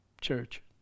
church